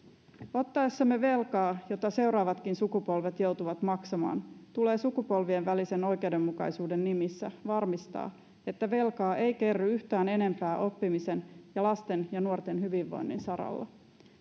ottaessamme velkaa jota seuraavatkin sukupolvet joutuvat maksamaan tulee sukupolvien välisen oikeudenmukaisuuden nimissä varmistaa että velkaa ei kerry yhtään enempää oppimisen ja lasten ja nuorten hyvinvoinnin saralla